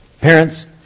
Parents